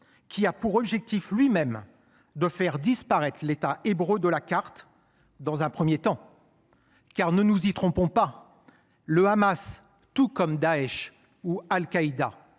qui a pour objectif de faire disparaître l’État hébreu de la carte, dans un premier temps. Car ne nous y trompons pas : le Hamas, tout comme Daech ou Al Qaïda